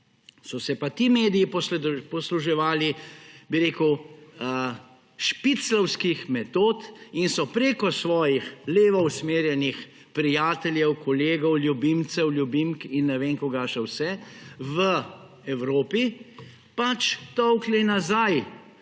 So se pa ti mediji posluževali, bi rekel, špicljevskih metod in so preko svojih levo usmerjenih prijateljev, kolegov, ljubimcev, ljubimk in ne vem, kaj še vse, v Evropi tolkli nazaj.